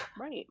Right